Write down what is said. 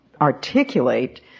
articulate